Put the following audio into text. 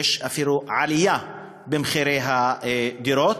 יש אפילו עליה במחירי הדירות.